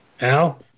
Al